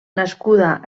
nascuda